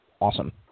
awesome